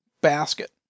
basket